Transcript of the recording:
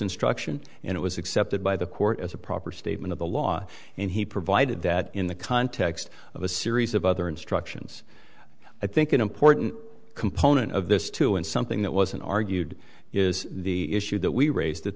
instruction and it was accepted by the court as a proper statement of the law and he provided that in the context of a series of other instructions i think an important component of this too and something that wasn't argued is the issue that we raised that